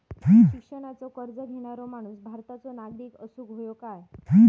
शिक्षणाचो कर्ज घेणारो माणूस भारताचो नागरिक असूक हवो काय?